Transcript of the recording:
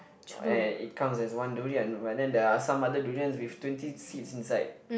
and it comes as one durian but then there are some other durians with twenty seeds inside